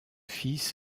fils